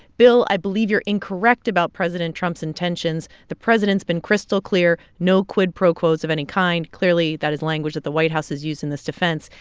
bill, i believe you're incorrect about president trump's intentions. the president's been crystal clear no quid pro quos of any kind. clearly, that is language that the white house has used in this defense.